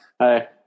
Hi